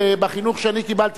בחינוך שאני קיבלתי,